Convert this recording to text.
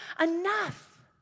enough